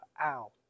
ow